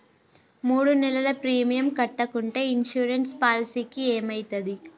మూడు నెలలు ప్రీమియం కట్టకుంటే ఇన్సూరెన్స్ పాలసీకి ఏమైతది?